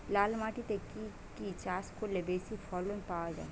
লাল মাটিতে কি কি চাষ করলে বেশি ফলন পাওয়া যায়?